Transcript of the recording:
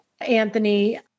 Anthony